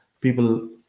People